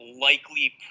likely